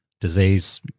disease